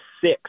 six